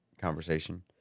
conversation